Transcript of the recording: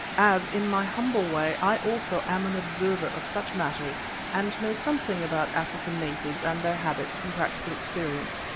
as, in my humble way, i also am an observer of such matters and know something about african natives and their habits from practical experience,